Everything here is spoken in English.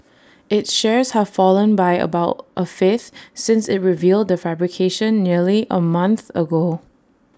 its shares have fallen by about A fifth since IT revealed the fabrication nearly A month ago